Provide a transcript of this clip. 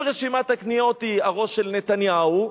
אם רשימת הקניות היא הראש של נתניהו,